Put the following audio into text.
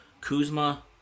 Kuzma